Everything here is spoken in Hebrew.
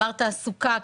אמרת תעסוקה,